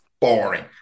boring